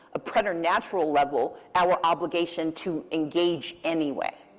a preternatural level, our obligation to engage anyway.